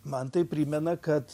man tai primena kad